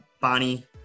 Bonnie